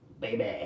Baby